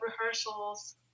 rehearsals